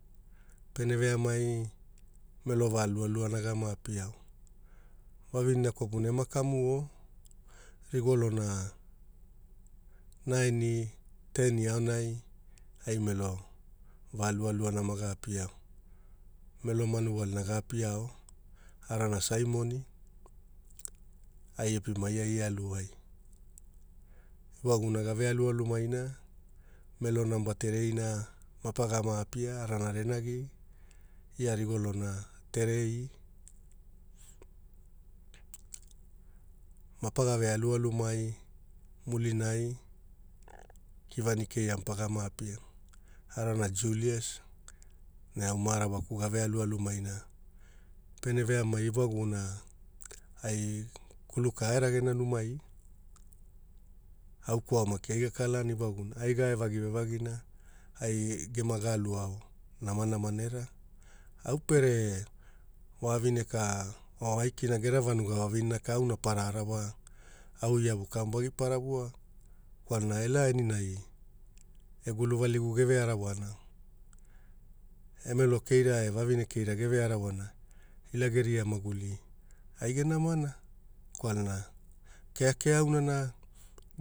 Au geku mauli paena nama kwalana ia numaimo e aloao aluaona ne ma avine ka alaka venia wai, alaka venia wai veveainamo wara, au kwaua namana ai arawaliwai, pene veamai, pene veamai au esamarai vavine ama rawalio o aikina Milin Bei vavinena auna ama rawalio. Ia Toropin vavinena e kwarao vulai. Vula ana eve wai rageo amana gena inagulu kapunai, ema wai rig o vanugana vaa lualua ema kwara ole ne au ia aveuga veniao, vewala kei aakilao ne aonai ekilao o pono vakila ovoa neiwao, evakitao aonai eririwao, eririwao ne ai lualua gave arawao. Gave arawao pene veamai melo vavine kunena ama apia o ne ai gema alu enamao wara vererena maki iwavagi, ai gavekila vekilana, ai ko oana o aumai a ae vaikilakuna au ia ai avakilana